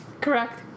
correct